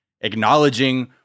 acknowledging